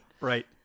Right